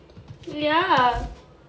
ya